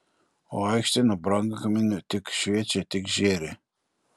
o aikštė nuo brangakmenių tik šviečia tik žėri